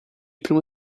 primo